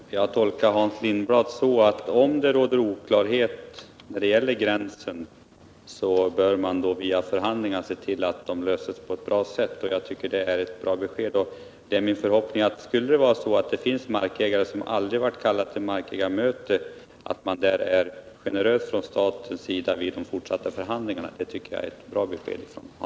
Herr talman! Det gäller närmast gränsen inom Falköpings kommun. Jag tolkar Hans Lindblad så, att om det råder oklarheter när det gäller gränsen bör man via förhandlingar se till att de reds ut på ett bra sätt. Jag tycker att det är ett bra besked. Det är min förhoppning att man, om det skulle vara så att det finns markägare som aldrig har varit kallade till markägarmöte, från statens sida är generös vid de fortsatta förhandlingarna.